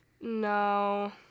No